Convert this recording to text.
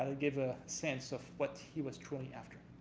ah gave a sense of what he was truly after.